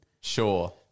Sure